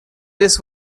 this